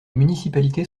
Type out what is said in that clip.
municipalités